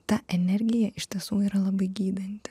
ta energija iš tiesų yra labai gydanti